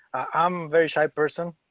i'm very shy person.